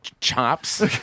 chops